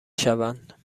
شوند